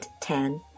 ten